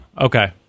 Okay